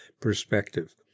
perspective